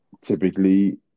typically